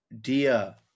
dear